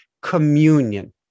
communion